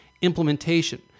implementation